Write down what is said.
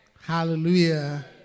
Hallelujah